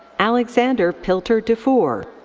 alexander pilter dufour.